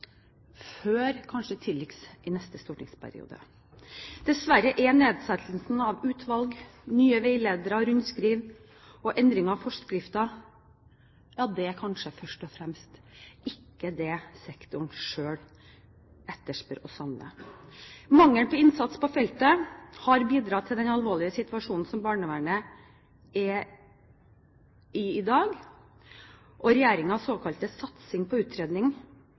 før kanskje tidligst i neste stortingsperiode. Dessverre er nedsettelsen av utvalg, nye veiledere, rundskriv og endring av forskrifter ikke det sektoren selv først og fremst etterspør og savner. Mangelen på innsats på dette feltet har bidratt til den alvorlige situasjonen som barnevernet i dag er i, og regjeringens såkalte satsing på